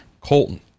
Colton